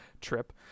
trip